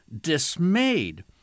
dismayed